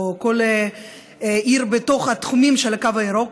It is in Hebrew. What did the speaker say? או כל עיר בתוך התחום של הקו הירוק.